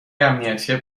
امنیتی